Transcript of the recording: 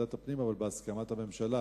ועדת הפנים אבל בהסכמת הממשלה.